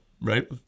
right